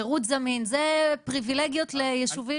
שירות זמין זה פריווילגיות לישובים